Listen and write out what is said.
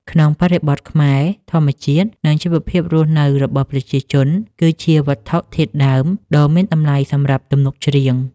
ក្នុងបរិបទខ្មែរ ធម្មជាតិ និងជីវភាពរស់នៅរបស់ប្រជាជន គឺជាវត្ថុធាតុដើមដ៏មានតម្លៃសម្រាប់ទំនុកច្រៀង។